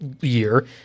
year